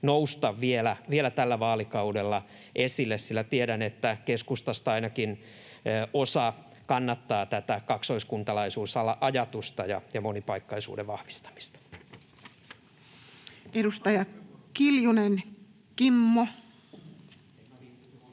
nousta vielä tällä vaalikaudella esille? Nimittäin tiedän, että keskustasta ainakin osa kannattaa tätä kaksoiskuntalaisuusajatusta ja monipaikkaisuuden vahvistamista. [Speech 121]